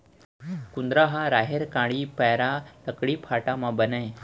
कुंदरा ह राहेर कांड़ी, पैरा, लकड़ी फाटा म बनय